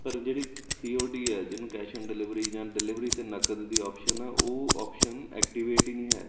ਪਰ ਜਿਹੜੀ C O D ਆ ਜਿਹਨੂੰ ਕੈਸ਼ ਆਨ ਡਿਲੀਵਰੀ ਜਾਂ ਡਿਲੀਵਰੀ 'ਤੇ ਨਕਦ ਦੀ ਆਪਸ਼ਨ ਆ ਉਹ ਆਪਸ਼ਨ ਐਕਟੀਵੇਟ ਹੀ ਨਹੀਂ ਹੈ